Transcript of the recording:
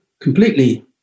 completely